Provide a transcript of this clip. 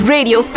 Radio